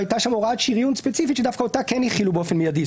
הייתה שם הוראת שריון ספציפית שדווקא אותה כן החילו באופן מידי.